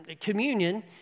communion